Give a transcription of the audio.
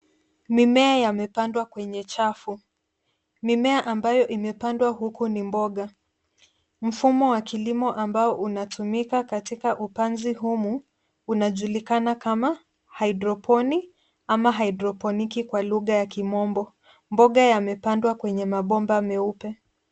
Mimea yamepandwa kwenye chafu. Mimea ambayo imepandwa huku ni mboga. Mfumo wa kilimo ambao unatumika katika upanzi humu unajulikana kama hydroponic ama hydroponiki kwa lugha ya kimombo. Mboga yamepandwa kwenye mabomba meupe.